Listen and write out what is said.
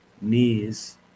knees